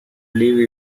live